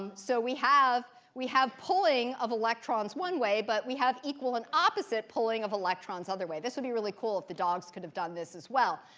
um so we have we have pulling of electrons one way, but we have equal and opposite pulling of electrons other way. this would be really cool if the dogs could have done this as well.